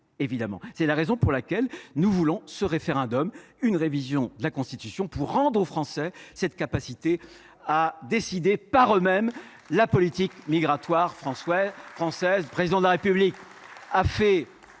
C’est la raison pour laquelle nous voulons un référendum et une révision de la Constitution, pour rendre aux Français cette capacité de décider par eux mêmes de la politique migratoire française. Le Président de la République a fait